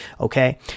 okay